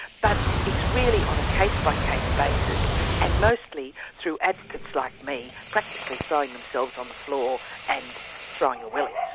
but it's really on a case-by-case basis and mostly through advocates, like me, practically throwing themselves on the floor and throwing a willie.